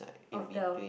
of the